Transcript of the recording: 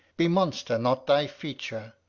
bemonster not thy feature!